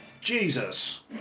Jesus